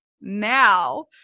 now